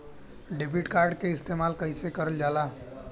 Debit card के इस्तेमाल कइसे करल जाला?